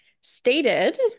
stated